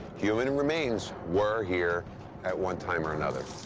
human remains were here at one time or another.